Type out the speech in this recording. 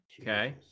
Okay